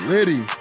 Liddy